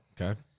Okay